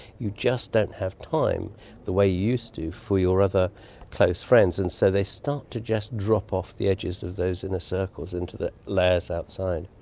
you just don't have time the way you used to for your other close friends. and so they start to just drop off the edges of those inner circles into the layers outside.